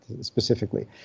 specifically